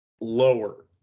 Lower